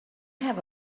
have